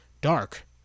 Dark